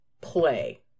play